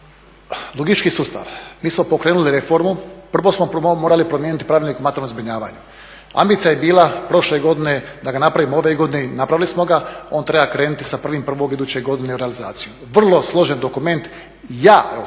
Logistički sustav, mi smo pokrenuli reformu, prvo smo morali promijeniti pravilnik o materijalnom zbrinjavanju. Ambicija je bila prošle godine da ga napravimo ove godine i napravili smo ga. On treba krenuti sa 1.01. iduće godine u realizaciju. Vrlo složen dokument, ja